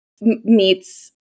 meets